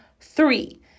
three